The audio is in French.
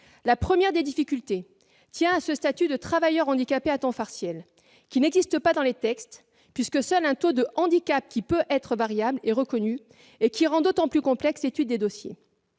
La première des difficultés tient à ce statut de travailleur handicapé à temps partiel, qui n'existe pas dans les textes : seul un taux de handicap, variable, est reconnu, ce qui rend d'autant plus complexe l'étude des dossiers.